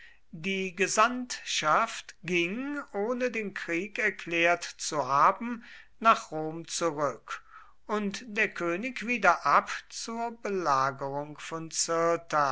die gesandtschaft ging ohne den krieg erklärt zu haben nach rom zurück und der könig wieder ab zur belagerung von